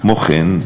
כמו כן,